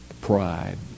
Pride